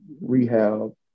rehab